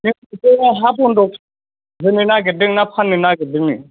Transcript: बे खाथियाव हा बन्द'क होनो नागिरदोंना फाननो नागिरदोंनो